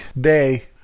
day